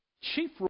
chief